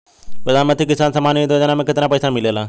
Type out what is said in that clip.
प्रधान मंत्री किसान सम्मान निधि योजना में कितना पैसा मिलेला?